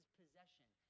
possession